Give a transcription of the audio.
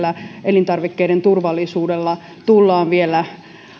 elintarvikkeiden turvallisuudella tullaan vielä